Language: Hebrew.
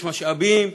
יש משאבים,